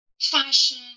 fashion